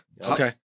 Okay